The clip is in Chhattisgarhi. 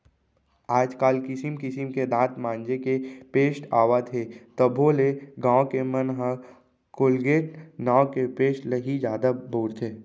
आज काल किसिम किसिम के दांत मांजे के पेस्ट आवत हे तभो ले गॉंव के मन ह कोलगेट नांव के पेस्ट ल ही जादा बउरथे